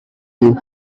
you